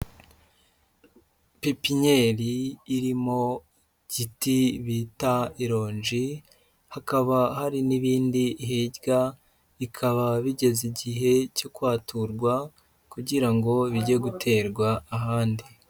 Pipinyeri irimo igiti bita ironji, hakaba hari n'ibindi hirya, bikaba bigeze igihe cyo kwaturwa kugira ngo bijye guterwa ahandi.